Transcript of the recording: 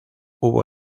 hubo